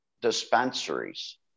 dispensaries